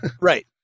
Right